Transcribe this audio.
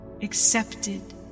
accepted